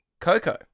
Coco